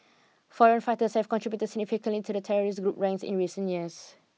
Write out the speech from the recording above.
foreign fighters have contributed significantly to the terrorist group's ranks in recent years